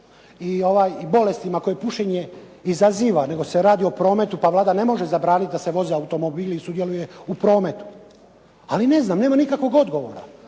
i bolestima koje pušenje izaziva nego se radi o prometu pa Vlada ne može zabranit da se voze automobili i sudjeluje u prometu. Ali ne znam, nema nikakvog odgovora.